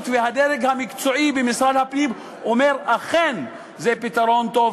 והדרג המקצועי במשרד הפנים אומר שאכן זה פתרון טוב,